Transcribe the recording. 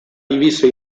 diviso